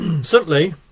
simply